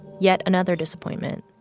yet another disappointment.